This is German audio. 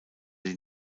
die